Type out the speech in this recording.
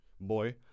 boy